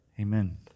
Amen